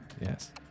Yes